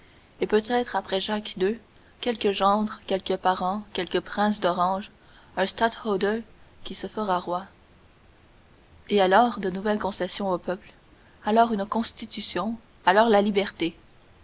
et peut-être après jacques ii quelque gendre quelque parent quelque prince d'orange un stathouder qui se fera roi et alors de nouvelles concessions au peuple alors une constitution alors la liberté